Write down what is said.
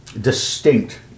distinct